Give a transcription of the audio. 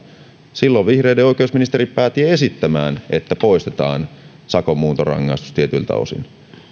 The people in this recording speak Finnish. silloin vihreiden oikeusministeri päätyi esittämään että poistetaan sakon muuntorangaistus tietyiltä osin